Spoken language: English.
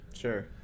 Sure